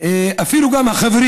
ואפילו גם החברים